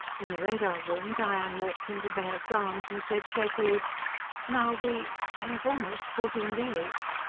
in the radar room, diane walked into baird's arms and said shakily now we. we have almost fourteen days.